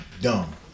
dumb